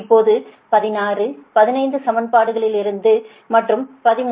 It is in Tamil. இப்போது 16 15 சமன்பாடுகளிலிருந்து மற்றும் 13